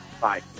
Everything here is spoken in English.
bye